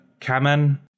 Kamen